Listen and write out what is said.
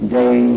day